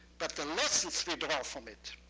but the lessons we draw from it,